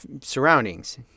surroundings